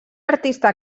artista